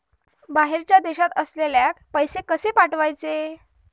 बाहेरच्या देशात असलेल्याक पैसे कसे पाठवचे?